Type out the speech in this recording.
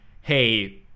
hey